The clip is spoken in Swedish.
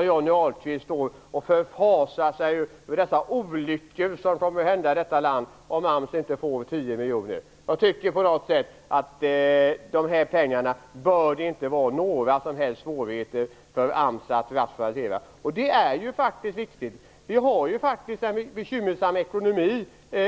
Johnny Ahlqvist står här och förfasar sig över de olyckor som kommer att drabba detta land om det enorma verk som AMS är inte får 10 miljoner. De pengarna bör det inte vara några som helst svårigheter för AMS att rationalisera för. Vi har ju faktiskt en bekymmersam ekonomi här